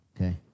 okay